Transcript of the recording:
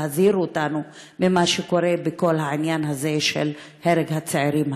להזהיר אותנו ממה שקורה בכל העניין הזה של הרג הצעירים האלה.